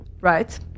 Right